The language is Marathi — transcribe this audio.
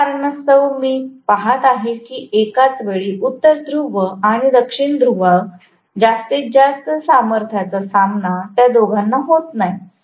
त्या कारणास्तव मी हे पहात आहे की एकाच वेळी उत्तर ध्रुव आणि दक्षिण ध्रुवांच्या जास्तीत जास्त सामर्थ्याचा सामना त्या दोघांना होत नाही